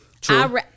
True